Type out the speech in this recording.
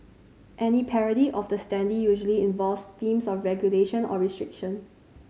any parody of the standee usually involves themes of regulation or restriction